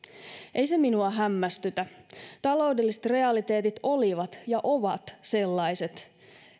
ei se minua hämmästytä taloudelliset realiteetit olivat ja ovat sellaiset